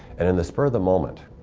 and in the spur of the moment,